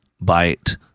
bite